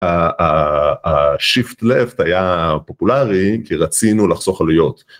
הshift left היה פופולרי כי רצינו לחסוך עלויות.